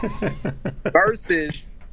Versus